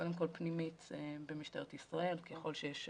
קודם כל פנימית במשטרת ישראל, ככל שיש